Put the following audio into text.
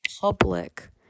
public